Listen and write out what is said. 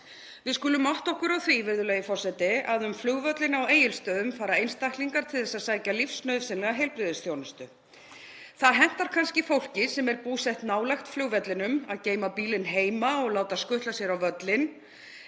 Við skulum átta okkur á því, virðulegi forseti, að um flugvöllinn á Egilsstöðum fara einstaklingar til að sækja lífsnauðsynlega heilbrigðisþjónustu. Það hentar kannski fólki sem er búsett nálægt flugvellinum að geyma bílinn heima og láta skutla sér á völlinn.